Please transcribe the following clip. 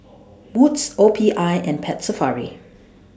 Wood's O P I and Pets Safari